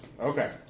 Okay